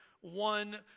one